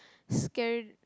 scared